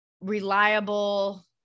reliable